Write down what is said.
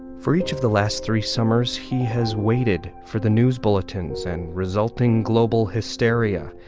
for each of the last three summers, he has waited for the news bulletins and resulting global hysteria.